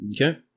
Okay